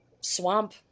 Swamp